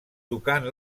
tocant